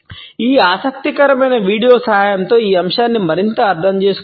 ఈ ఆసక్తికరమైన వీడియో సహాయంతో ఈ అంశాన్ని మరింత అర్థం చేసుకోవచ్చు